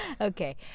Okay